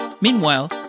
Meanwhile